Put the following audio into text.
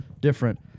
different